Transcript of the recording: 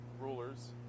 rulers